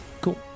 Cool